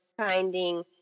finding